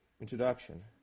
introduction